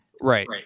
Right